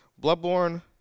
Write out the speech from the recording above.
Bloodborne